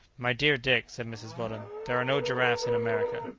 my dear dick, said mrs. weldon, there are no giraffes in america!